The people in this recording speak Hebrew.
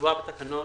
מדובר בתקנות